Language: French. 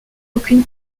aucune